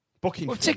booking